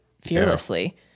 fearlessly